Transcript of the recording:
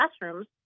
classrooms